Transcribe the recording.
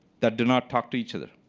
that do not talk to each other.